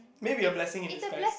maybe a blessing in disguise